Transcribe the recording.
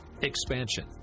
Expansion